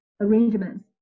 arrangements